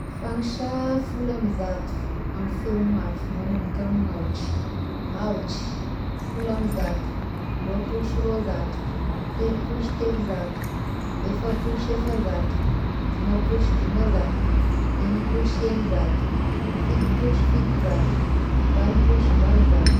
Fangisà folo amy zato amin'ny feo mafy manomboka amin'ny aotry: aotry, folo amy zato, ropolo sy rônzato, telopolo sy telozato, efapolo sy efazato, dimapolo sy dimanzato, egnipolo sy egninzato, fitopolo sy fitozato, valopolo sy valozato.